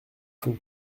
fond